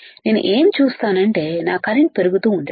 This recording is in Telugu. నేను ఏమి చూస్తానంటే నా కరెంటు పెరుగుతూ ఉండటం